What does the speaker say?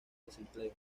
desempleo